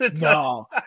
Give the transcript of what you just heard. No